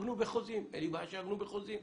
אין לי בעיה שיעבדו בחוזים,